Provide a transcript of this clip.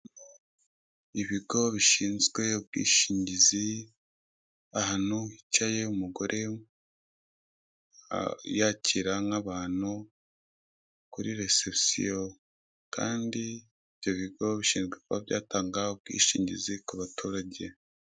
Ibigo bishinzwe ubwishingizi, ahantu hicaye umugore yakira nk'abantu kuri resebusiyo, kandi ibyo bigo bishinzwe kuba byatanga ubwishingizi ku baturage.